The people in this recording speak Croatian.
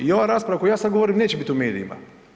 I ova rasprava koju ja sad govorim neće biti u medijima.